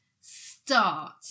start